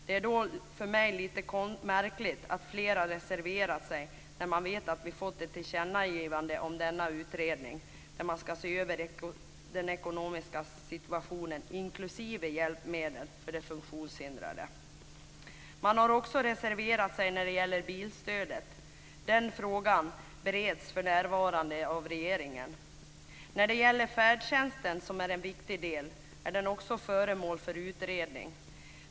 Det är då för mig lite märkligt att flera har reserverat sig när de vet att det har gjorts ett tillkännagivande om denna utredning där man ska se över den ekonomiska situationen inklusive hjälpmedel för de funktionshindrade. Man har också reserverat sig när det gäller bilstödet. Den frågan bereds för närvarande av regeringen. I fråga om färdtjänst, som är en viktig del, är den också föremål för utredning.